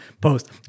post